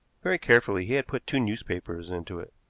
very carefully he had put two newspapers into it,